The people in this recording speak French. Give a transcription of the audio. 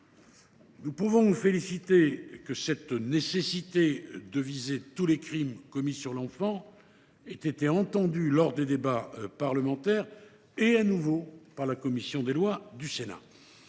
Nous pouvons nous féliciter que la nécessité de viser tous les crimes commis sur l’enfant ait été entendue lors des débats parlementaires et de nouveau par la commission des lois du Sénat.